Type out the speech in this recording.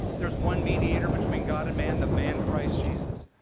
there's one mediator between god and man, the man christ jesus.